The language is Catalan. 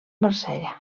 marsella